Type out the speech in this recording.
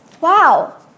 Wow